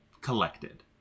collected